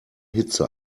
hitze